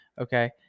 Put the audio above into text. Okay